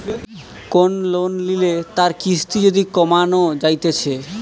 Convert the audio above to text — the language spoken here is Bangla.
কোন লোন লিলে তার কিস্তি যদি কমানো যাইতেছে